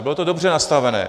Bylo to dobře nastavené.